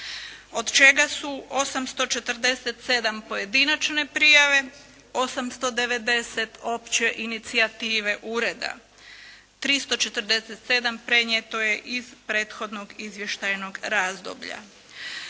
od čega su 847 pojedinačne prijave, 890 opće inicijative ureda, 347 prenijeto je iz prethodnog izvještajnog razdoblja.